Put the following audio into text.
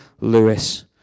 Lewis